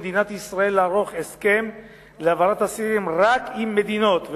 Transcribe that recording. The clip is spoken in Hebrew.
למדינת ישראל לערוך הסכם להעברת אסירים רק עם מדינות,